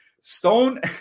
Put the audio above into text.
Stone